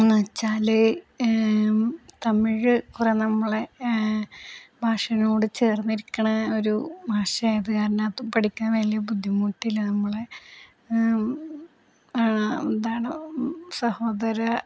എന്നുവച്ചാല് തമിഴ് കുറേ നമ്മളെ ഭാഷേനോടു ചേർന്നിരിക്കുന്ന ഒരു ഭാഷയായതു കാരണം അതും പഠിക്കാൻ വലിയ ബുദ്ധിമുട്ടില്ല നമ്മളെ ആ എന്താണ് സഹോദര